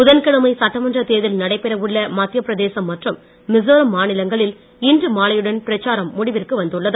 புதன் கிழமை சட்டமன்றத் தேர்தல் நடைபெற உள்ள மத்தியப்பிரதேசம் மற்றும் மிசோராம் மாநிலங்களில் இன்று மாலையுடன் பிரச்சாரம் முடிவிற்கு வந்துள்ளது